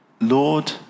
Lord